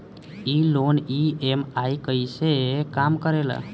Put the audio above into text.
ई loan EMI कईसे काम करेला?